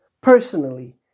personally